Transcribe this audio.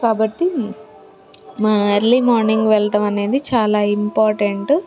కాబట్టి మనం early morning వెళ్ళటం అనేది చాలా ఇంపార్టెంటు